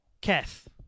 Kath